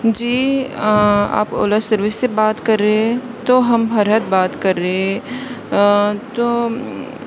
جی آپ اولا سروس سے بات کر رہے ہے تو ہم فرحت بات کر رہے ہے تو